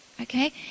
Okay